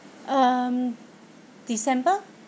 um december